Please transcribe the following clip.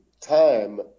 time